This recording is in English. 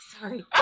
sorry